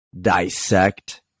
dissect